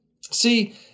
See